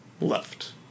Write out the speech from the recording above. left